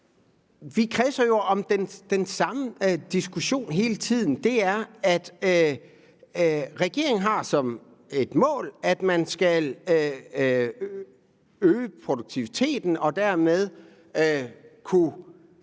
Vi kredser jo om den samme diskussion hele tiden. Det er, at regeringen har som et mål, at man skal øge produktiviteten og dermed få den